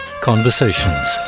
Conversations